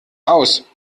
aus